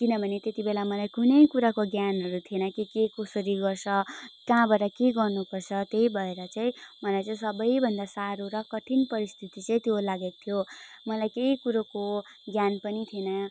किनभने त्यति बेला मलाई कुनै कुराको ज्ञानहरू थिएन कि के कसरी गर्छ कहाँबाट के गर्नुपर्छ त्यही भएर चाहिँ मलाई चाहिँ सबैभन्दा साह्रो र कठिन परिस्थिति चाहिँ त्यो लागेको थियो मलाई केही कुरोको ज्ञान पनि थिएन